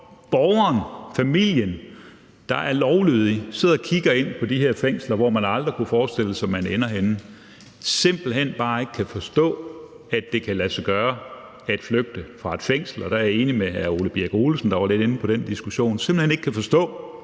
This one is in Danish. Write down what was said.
at borgerne, familierne, der er lovlydige og sidder og kigger på de her fængsler, hvor man aldrig kunne forestille sig man endte, simpelt hen bare ikke kan forstå, at det kan lade sig gøre at flygte fra et fængsel. Og der er jeg enig med hr. Ole Birk Olesen, der var lidt inde på den diskussion – jeg kan simpelt hen ikke forstå,